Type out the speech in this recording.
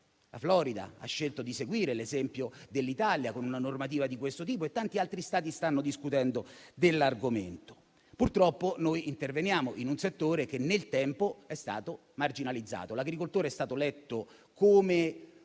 la Florida ha scelto di seguire l'esempio dell'Italia, con una normativa di questo tipo e tanti altri Stati stanno discutendo dell'argomento. Purtroppo, noi interveniamo in un settore che nel tempo è stato marginalizzato. L'agricoltore è stato letto come